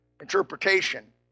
interpretation